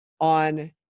on